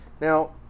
Now